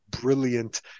brilliant